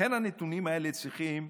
לכן הנתונים האלה צריכים,